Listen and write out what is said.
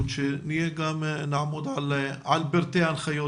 שגם נעמוד על פרטי ההנחיות,